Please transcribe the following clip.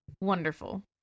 wonderful